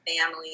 family